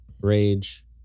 Rage